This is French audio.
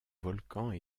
volcans